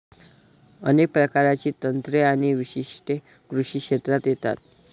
अनेक प्रकारची तंत्रे आणि वैशिष्ट्ये कृषी क्षेत्रात येतात